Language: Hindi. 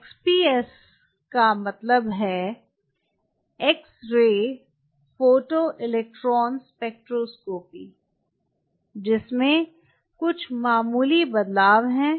एक्सपीएस का मतलब है X ray photo electron spectroscopy जिसमें कुछ मामूली बदलाव हैं